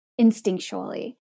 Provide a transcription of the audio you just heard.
instinctually